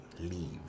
leave